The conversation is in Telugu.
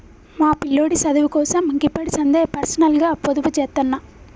మా పిల్లోడి సదువుకోసం గిప్పడిసందే పర్సనల్గ పొదుపుజేత్తన్న